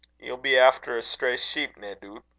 ye'll be efter a stray sheep, nae doot?